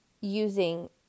using